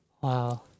wow